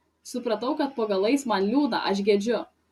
supratau kad po galais man liūdna aš gedžiu